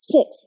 Six